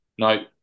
no